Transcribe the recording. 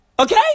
Okay